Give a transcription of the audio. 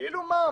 כאילו מה?